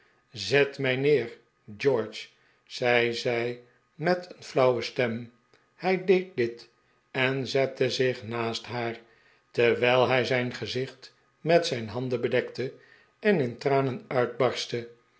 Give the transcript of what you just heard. zet mij neer george zei zij met een flauwe stem hij deed dit en zette zich naast haar terwijl hij zijn gezicht met zijn handen bedekte en in tranen uitbarstte